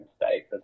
mistakes